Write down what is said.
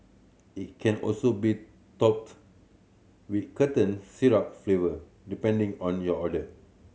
it can also be topped with syrup flavour depending on your order